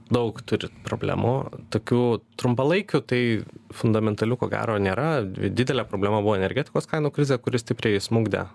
daug turi problemų tokių trumpalaikių tai fundamentalių ko gero nėra didelė problema buvo energetikos kainų krizė kuri stipriai smukdė